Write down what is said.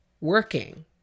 working